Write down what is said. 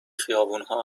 خیابونها